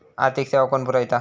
आर्थिक सेवा कोण पुरयता?